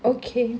okay